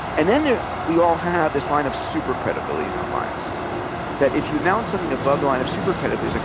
and then then we all have this line of supercredibility in our minds that if you announce something above the line of supercredibility, it's like,